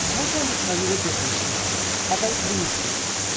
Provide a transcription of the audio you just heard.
we're going to tell you a different story about these people.